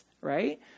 right